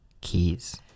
Keys